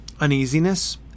uneasiness